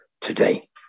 today